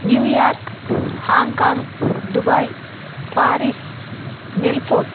New York Hong Kong Dubai Paris Melbourne